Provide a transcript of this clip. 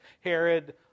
Herod